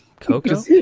Coco